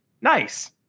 nice